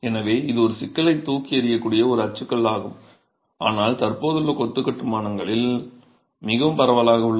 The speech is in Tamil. எனவே இது ஒரு சிக்கலைத் தூக்கி எறியக்கூடிய ஒரு அச்சுக்கல் ஆகும் ஆனால் தற்போதுள்ள கொத்து கட்டுமானங்களில் மிகவும் பரவலாக உள்ளது